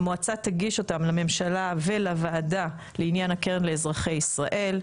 המועצה תגיש אותם לממשלה ולוועדה לעניין הקרן לאזרחי ישראל,